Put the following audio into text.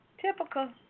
Typical